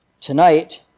tonight